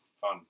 fun